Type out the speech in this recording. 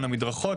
על המדרכות,